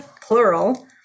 plural